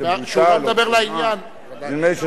זה בוטל או שונה.